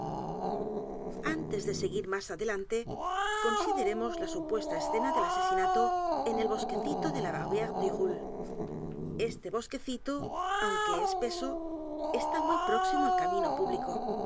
antes de seguir más adelante consideremos la supuesta escena del asesinato en el bosquecitode la barriere du roule este bosquecito aunque espeso está muy próximo al camino público